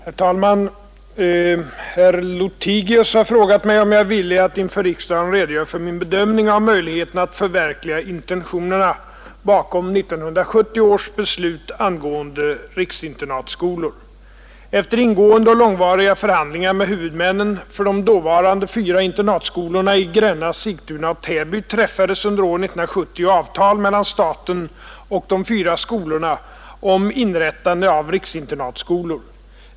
Herr talman! Herr Lothigius har frågat mig om jag är villig att inför riksdagen redogöra för min bedömning av möjligheterna att förverkliga intentionerna bakom 1970 års beslut angående riksinternatskolor. Efter ingående och långvariga förhandlingar med huvudmännen för de dåvarande fyra internatskolorna i Gränna, Sigtuna och Täby träffades under år 1970 avtal mellan staten och de fyra skolorna om inrättande av riksinternatskolor.